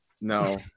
No